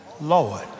Lord